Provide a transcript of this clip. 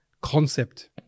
concept